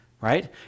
right